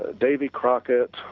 davy crockett,